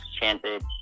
chanted